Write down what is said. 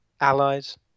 allies